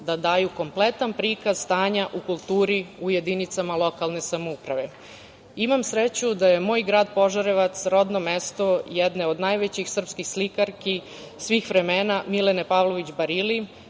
da daju kompletan prikaz stanja u kulturi u jedinicama lokalne samouprave. Imam sreću da je moj grad Požarevac rodno mesto jedne od najvećih srpskih slikarki svih vremena Milene Pavlović Barili